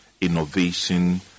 innovation